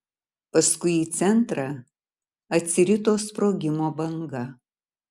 paskui į centrą atsirito sprogimo banga